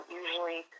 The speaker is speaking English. usually